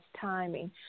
timing